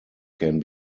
can